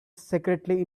secretly